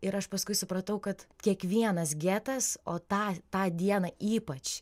ir aš paskui supratau kad kiekvienas getas o tą tą dieną ypač